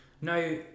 Now